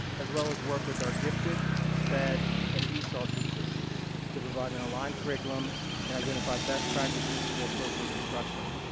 as well as work with our gifted, sped and esol teachers to provide an aligned curriculum and identify best practices for appropriate instruction.